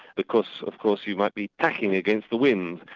because of course you might be tacking against the wind,